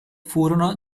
furono